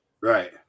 Right